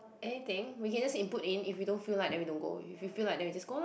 anything we can just input in if we don't feel like we don't go then if we feel like we just go lah